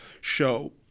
show